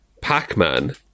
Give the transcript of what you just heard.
Pac-Man